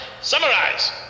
summarize